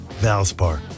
Valspar